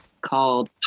called